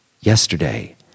yesterday